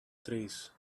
trees